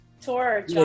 tour